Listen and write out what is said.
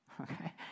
okay